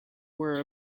were